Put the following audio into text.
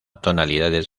tonalidades